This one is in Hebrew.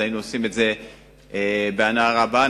ואז היינו עושים את זה בהנאה רבה.